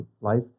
life